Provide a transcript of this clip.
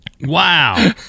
Wow